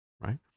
right